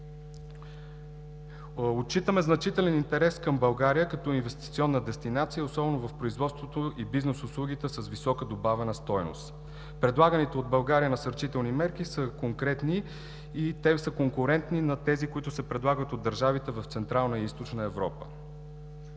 Отчитаме значителен интерес към България като инвестиционна дестинация, особено в производството и бизнес услугите с висока добавена стойност. Предлаганите от България насърчителни мерки са конкретни и те са конкурентни на тези, които се предлагат от държавите в Централна и Източна Европа.